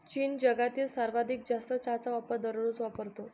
चीन जगातील सर्वाधिक जास्त चहाचा वापर दररोज वापरतो